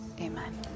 amen